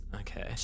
Okay